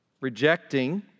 Rejecting